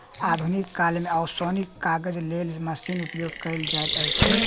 आधुनिक काल मे ओसौनीक काजक लेल मशीनक उपयोग कयल जाइत अछि